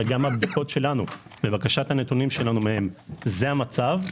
וגם הבדיקות שלנו ובקשת הנתונים שלנו מהם - זה המצב.